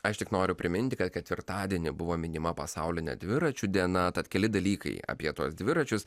aš tik noriu priminti kad ketvirtadienį buvo minima pasaulinė dviračių diena tad keli dalykai apie tuos dviračius